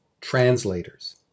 translators